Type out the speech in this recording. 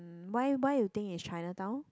um why why you think it's Chinatown